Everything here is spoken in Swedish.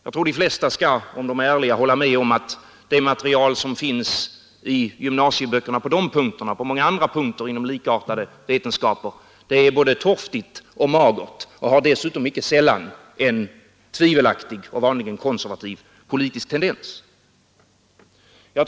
Jag tror de flesta, om de är ärliga, skall hålla med om att det material som finns i gymnasieböckerna på dessa punkter och på många andra punkter inom likartade vetenskaper är både torftigt och magert, och dessutom icke sällan har en tvivelaktig, vanligen konservativ, politisk tendens.